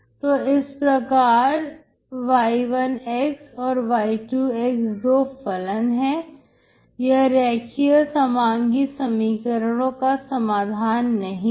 तो इस प्रकार y1 और y2 दो फलन है यह रेखीय समांगी समीकरणों का समाधान नहीं है